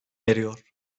eriyor